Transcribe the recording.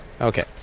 Okay